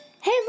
Hey